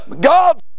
God